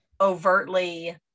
overtly